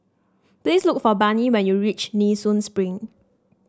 please look for Barnie when you reach Nee Soon Spring